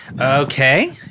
Okay